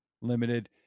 limited